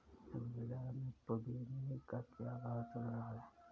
अभी बाज़ार में पुदीने का क्या भाव चल रहा है